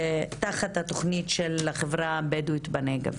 תחת התוכנית של החברה הבדואית בנגב.